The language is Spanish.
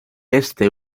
este